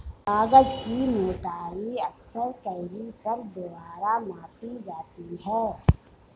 कागज की मोटाई अक्सर कैलीपर द्वारा मापी जाती है